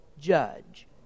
judge